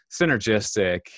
synergistic